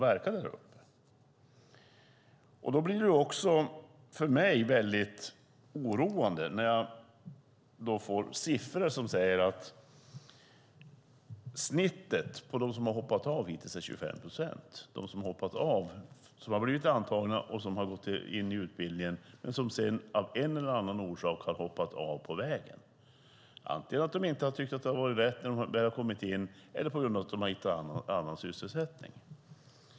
För mig blir det väldigt oroande när jag får siffror som säger att det i snitt är 25 procent som hoppat av hittills. Det är personer som blivit antagna och påbörjat utbildningen men sedan av en eller annan orsak hoppat av på vägen, antingen för att de inte tyckt att det varit rätt när de väl kommit in eller på grund av att de hittat annan sysselsättning.